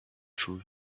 true